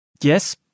Yes